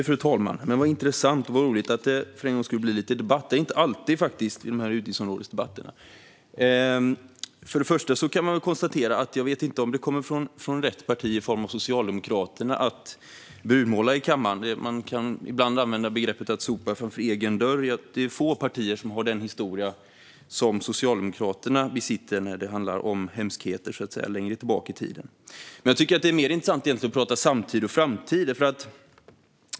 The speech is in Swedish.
Fru talman! Men vad intressant och vad roligt att det för en gångs skull blir lite diskussion! Det är faktiskt inte alltid som det blir det vid de här utgiftsområdesdebatterna. Först och främst kan man konstatera att det kanske inte kommer från rätt parti, Socialdemokraterna, att brunmåla i kammaren. Man kan ibland använda uttrycket "att sopa rent framför egen dörr", och det är få partier som har den historia som Socialdemokraterna har när det handlar om hemskheter längre tillbaka i tiden. Jag tycker att det är mer intressant att prata samtid och framtid.